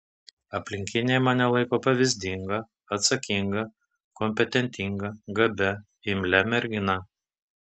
aplinkiniai mane laiko pavyzdinga atsakinga kompetentinga gabia imlia mergina